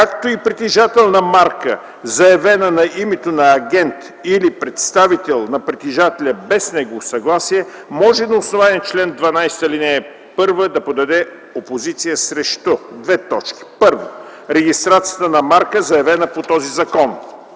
както и притежател на марка, заявена на името на агент или представител на притежателя без негово съгласие, може на основание чл. 12, ал. 1 да подаде опозиция срещу: 1. регистрацията на марка, заявена по този закон;